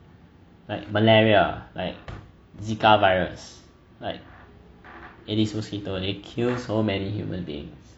like malaria like zika virus like aedes mosquito it kill so many human beings